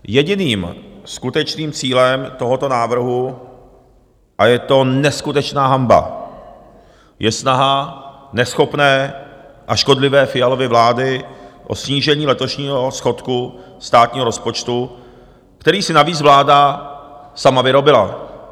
Jediným skutečným cílem tohoto návrhu, a je to neskutečná hanba, je snaha neschopné a škodlivé Fialovy vlády o snížení letošního schodku státního rozpočtu, který si navíc vláda sama vyrobila.